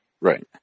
right